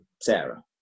sarah